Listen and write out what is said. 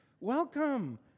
welcome